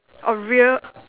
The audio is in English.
orh real